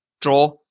draw